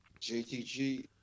JTG